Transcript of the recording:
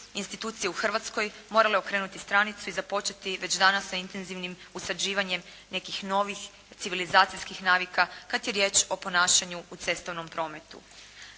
institucije u Hrvatskoj morale okrenuti stranicu i započeti već danas sa intenzivnim usađivanjem nekih novih civilizacijskih navika kad je riječ o ponašanju u cestovnom prometu.